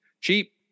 cheap